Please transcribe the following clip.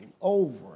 over